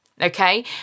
okay